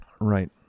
Right